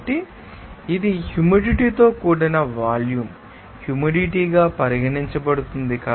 కాబట్టి ఇది హ్యూమిడిటీ తో కూడిన వాల్యూమ్ హ్యూమిడిటీ గా పరిగణించబడుతుంది